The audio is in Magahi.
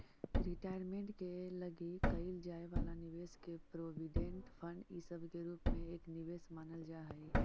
रिटायरमेंट के लगी कईल जाए वाला निवेश के प्रोविडेंट फंड इ सब के रूप में एक निवेश मानल जा हई